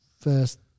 first